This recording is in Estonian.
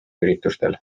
üritustel